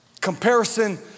Comparison